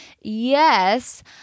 Yes